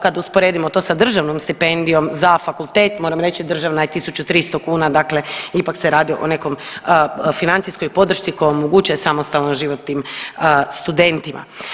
Kad usporedimo to sa državnom stipendijom za fakultet, moram reći državna je 1.300 kuna, dakle ipak se radi o nekoj financijskoj podršci koja omogućuje samostalan život studentima.